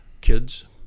kids